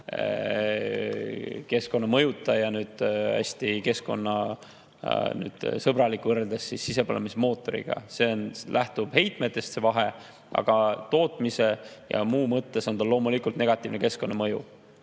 keskkonnamõjuta ja hästi keskkonnasõbralik võrreldes sisepõlemismootoriga. See vahe lähtub heitmetest, aga tootmise ja muu mõttes on sellel loomulikult negatiivne keskkonnamõju.